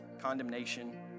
condemnation